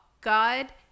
God